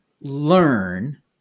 learn